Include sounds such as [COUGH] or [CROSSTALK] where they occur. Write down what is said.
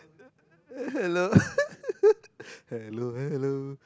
hello [LAUGHS] hello hello